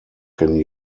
can